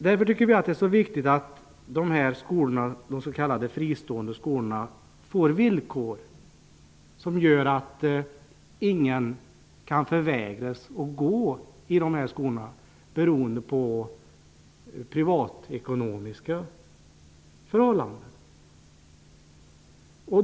Därför tycker vi att det är viktigt att villkor ställs upp för de s.k. fristående skolorna som innebär att ingen kan förvägras att gå där på grund av privatekonomiska förhållanden.